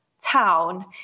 town